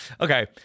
Okay